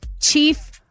chief